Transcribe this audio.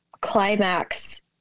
climax